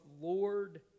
Lord